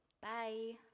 Bye